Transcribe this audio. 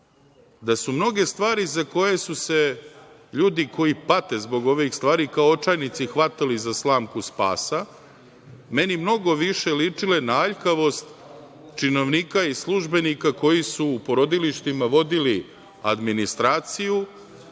da su mnoge stvari za koje su se ljudi koji pate zbog ovih stvari kao očajnici hvatali za slamku spasa, meni mnogo više ličile na aljkavost činovnika i službenika koji su u porodilištima vodili administraciju,